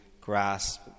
grasp